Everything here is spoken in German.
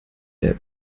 der